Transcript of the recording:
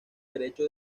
derecho